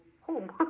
home